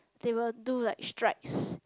they will do like strikes